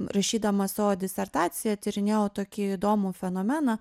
rašydama savo disertaciją tyrinėjau tokį įdomų fenomeną